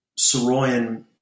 Soroyan